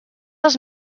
els